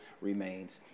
remains